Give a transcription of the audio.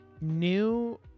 new